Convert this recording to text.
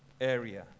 area